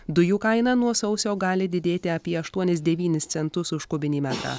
dujų kaina nuo sausio gali didėti apieaštuonis devynis centus už kubinį metrą